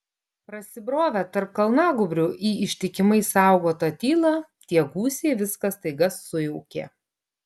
prasibrovę tarp kalnagūbrių į ištikimai saugotą tylą tie gūsiai viską staiga sujaukė